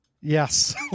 yes